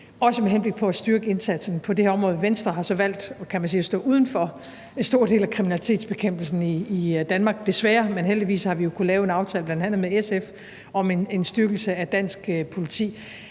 også med henblik på at styrke indsatsen på det her område. Venstre har så valgt at stå uden for, kan man sige, en stor del af hele kriminalitetsbekæmpelsen i Danmark, desværre, men heldigvis har vi jo kunnet lave en aftale, bl.a. med SF, om en styrkelse af dansk politi.